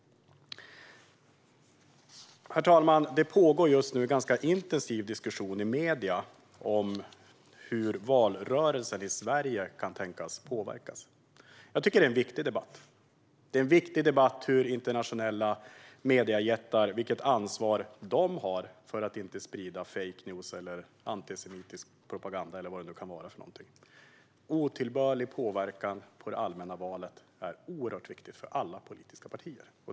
Herr talman! Just nu pågår en intensiv diskussion i medierna om hur valrörelsen i Sverige kan tänkas påverkas. Det är en viktig debatt. Det är viktigt att diskutera vilket ansvar internationella mediejättar har för att inte sprida fake news, antisemitisk propaganda eller annat. Otillbörlig påverkan på det allmänna valet är en oerhört viktig fråga för alla politiska partier.